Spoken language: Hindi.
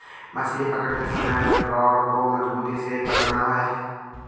मछली पकड़ते समय रॉड को मजबूती से पकड़ना है